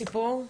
סיפור?